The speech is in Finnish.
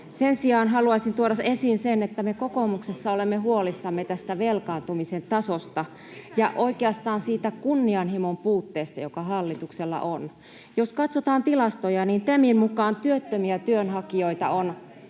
Sen sijaan haluaisin tuoda esiin sen, että me kokoomuksessa olemme huolissamme tästä velkaantumisen tasosta ja oikeastaan siitä kunnianhimon puutteesta, joka hallituksella on. Jos katsotaan tilastoja, niin TEMin mukaan työttömiä työnhakijoita on